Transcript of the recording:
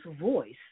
voice